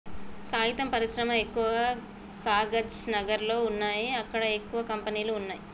కాగితం పరిశ్రమ ఎక్కవ కాగజ్ నగర్ లో వున్నాయి అక్కడ ఎక్కువ కంపెనీలు వున్నాయ్